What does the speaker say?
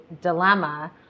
dilemma